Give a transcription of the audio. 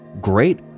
great